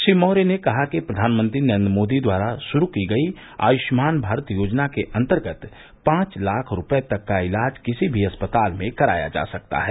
श्री मौर्य ने कहा कि प्रधानमंत्री नरेंद्र मोदी द्वारा शुरू की गयी आयुष्मान भारत योजना के अंतर्गत पांच लाख रूपये तक का इलाज किसी भी अस्पताल में कराया जा सकता है